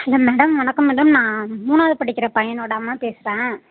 hello madam வணக்கம் madam நான் மூணாவது படிக்கிற பையனோட அம்மா பேசுறன்